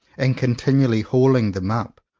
and continually hauling them up,